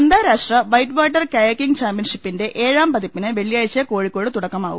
അന്താരാഷ്ട്ര white water kayaking ചാമ്പ്യൻഷിപ്പിന്റെ ഏഴാം പതിപ്പിന് വെള്ളിയാഴ്ച കോഴിക്കോട് തുട്ടക്കമാവും